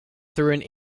through